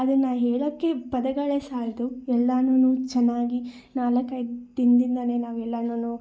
ಅದನ್ನು ಹೇಳೋಕೆ ಪದಗಳೇ ಸಾಲದು ಎಲ್ಲಾನು ಚೆನ್ನಾಗಿ ನಾಲಕ್ಕೈದು ದಿನದಿಂದಲೇ ನಾವೆಲ್ಲನು